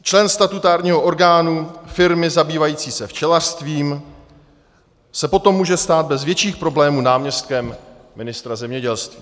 Člen statutárního orgánu firmy zabývající se včelařstvím se potom může stát bez větších problémů náměstkem ministra zemědělství.